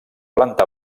planta